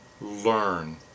learn